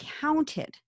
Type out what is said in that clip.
counted